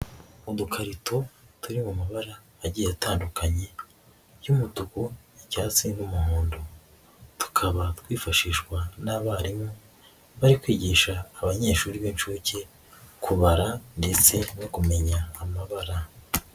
Udukarito turi mu mabara agiye atandukanye y'umutuku n'icyatsi n'umuhondo, tukaba twifashishwa n'abarimu bari kwigisha abanyeshuri b'inshuke, kubara ndetse no kumenya amabara.